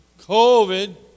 COVID